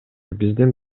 биздин